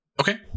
Okay